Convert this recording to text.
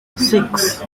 six